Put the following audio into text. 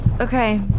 Okay